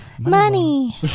money